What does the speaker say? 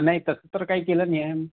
नाही तसं तर काही केलं नाही आहे